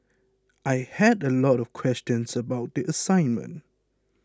I had a lot of questions about the assignment